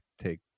take